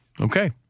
Okay